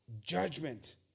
judgment